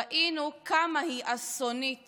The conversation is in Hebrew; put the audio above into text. ראינו כמה היא אסונית